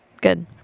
good